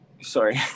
Sorry